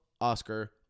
oscar